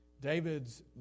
David's